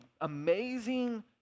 amazing